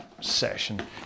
session